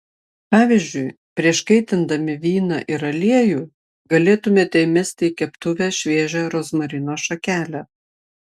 pavyzdžiui prieš kaitindami vyną ir aliejų galėtumėte įmesti į keptuvę šviežią rozmarino šakelę